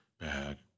Bad